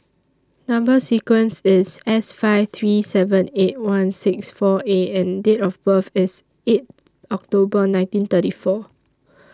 Number sequence IS S five three seven eight one six four A and Date of birth IS eight October nineteen thirty four